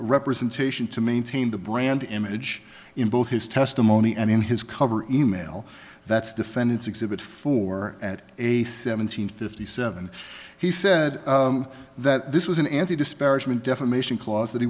representation to maintain the brand image in both his testimony and in his cover email that's defendant's exhibit four at a seven hundred fifty seven he said that this was an anti disparagement defamation clause that he